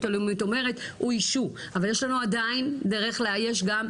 הלאומית אומרת הוא issue אבל יש לנו עדיין דרך לאייש,